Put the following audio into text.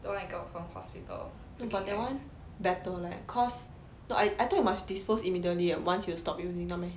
no but that [one] better leh cause no I I thought you must dispose immediately once you stop using no meh